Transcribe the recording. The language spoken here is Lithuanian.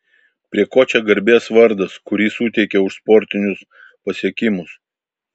prie ko čia garbės vardas kurį suteikė už sportinius pasiekimus